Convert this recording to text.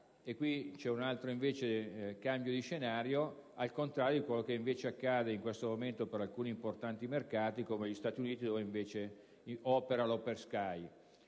di un altro cambio di scenario, al contrario di quanto accade in questo momento in alcuni importanti mercati, come gli Stati Uniti, dove invece opera